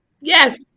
Yes